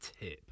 tip